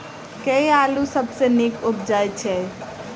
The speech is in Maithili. केँ आलु सबसँ नीक उबजय छै?